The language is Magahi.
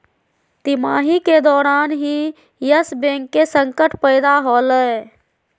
तिमाही के दौरान ही यस बैंक के संकट पैदा होलय